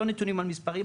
לא נתונים על מספרים,